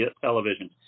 television